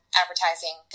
advertising